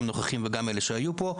גם הנוכחים וגם אלה שהיו פה,